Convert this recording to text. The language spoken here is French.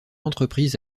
entreprises